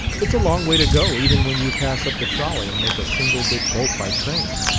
it's a long way to go, even when you pass up the trolley and make a single big bolt by train.